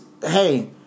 hey